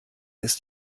ist